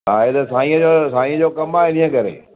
हा हे त साईं जो साईं जो कम आहे इन्हीअ करे